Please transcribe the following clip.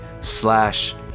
slash